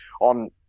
on